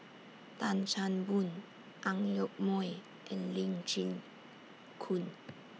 Tan Chan Boon Ang Yoke Mooi and Lee Chin Koon